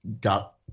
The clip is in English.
got –